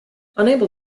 unable